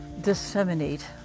disseminate